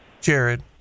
Jared